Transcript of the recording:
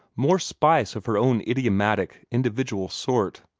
more spice of her own idiomatic, individual sort.